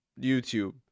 YouTube